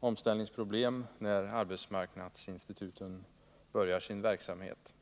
omställningsproblem när arbetsmarknadsinstituten börjar sin verksamhet.